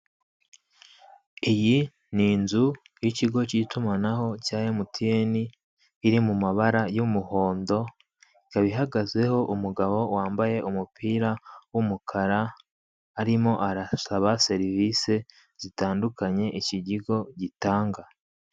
Iyi ni inzu y'ikigo k'itumanaho cya emutiyene iri mu mabara y'umuhondo ikaba ihagazeho umugabo wambaye umupira w'umukara, arimo arahasaba serivise zitandukanye iki kigo gitanga.